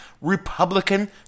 Republican